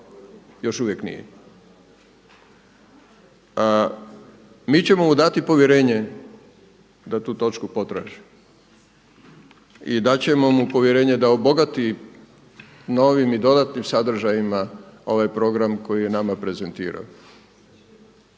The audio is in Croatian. Još uvijek nije. Mi ćemo mu dati povjerenje da tu točku potraži. I dati ćemo mu povjerenje da obogati novim i dodatnim sadržajima ovaj program koji je nama prezentiran.